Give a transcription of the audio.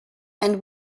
and